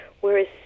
Whereas